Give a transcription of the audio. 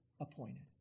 appointed